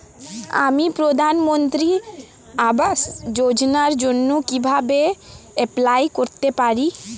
আমি প্রধানমন্ত্রী আবাস যোজনার জন্য কিভাবে এপ্লাই করতে পারি?